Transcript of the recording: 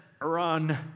run